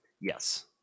Yes